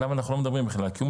עליו אנחנו לא מדברים בכלל כי הוא